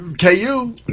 KU